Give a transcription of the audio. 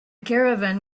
caravan